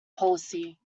policy